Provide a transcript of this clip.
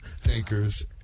thinkers